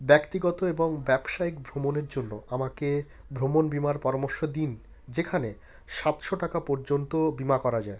ব্যক্তিগত এবং ব্যবসায়িক ভ্রমণের জন্য আমাকে ভ্রমণ বীমার পরামর্শ দিন যেখানে সাতশো টাকা পর্যন্ত বিমা করা যায়